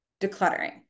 decluttering